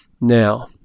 Now